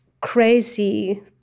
crazy